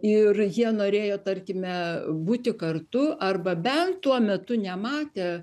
ir jie norėjo tarkime būti kartu arba bent tuo metu nematė